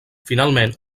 finalment